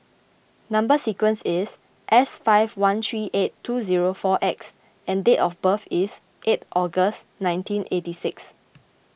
Number Sequence is S five one three eight two zero four X and date of birth is eight August nineteen eighty six